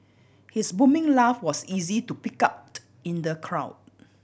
his booming laugh was easy to pick out in the crowd